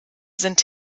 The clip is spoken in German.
sind